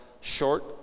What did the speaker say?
short